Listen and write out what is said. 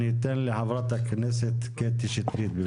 אני אתן לחברת הכנסת קטי שטרית, בבקשה.